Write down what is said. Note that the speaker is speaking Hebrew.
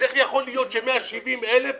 אז איך יכול להיות שיש 170,000 אנשים